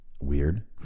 Weird